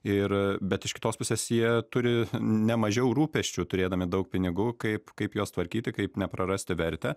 ir bet iš kitos pusės jie turi ne mažiau rūpesčių turėdami daug pinigų kaip kaip juos tvarkyti kaip neprarasti vertę